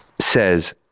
says